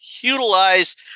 utilize